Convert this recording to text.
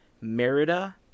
Merida